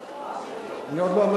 אותנו,